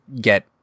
get